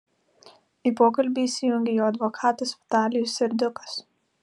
į pokalbį įsijungė jo advokatas vitalijus serdiukas